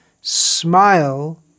smile